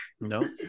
no